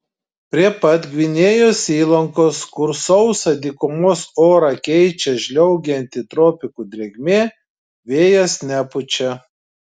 prie pat gvinėjos įlankos kur sausą dykumos orą keičia žliaugianti tropikų drėgmė vėjas nepučia